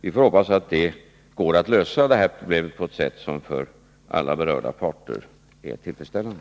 Vi får hoppas att det går att lösa detta problem på ett sätt som för alla berörda parter är tillfredsställande.